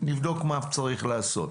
נבדוק מה צריך לעשות.